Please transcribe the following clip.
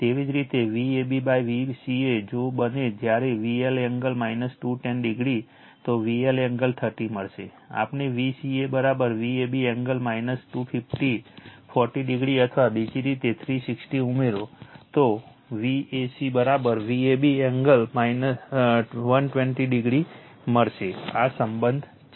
તેવી જ રીતે VabVca જો બને જયારે VL એંગલ 210o તો VL એંગલ 30 મળશે આપણે Vca Vab એંગલ 250 40o અથવા બીજી રીતે 360 ઉમેરો તો Vca Vab એંગલ 120o મળશે આ સંબંધ છે